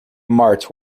marthe